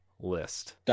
list